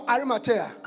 Arimathea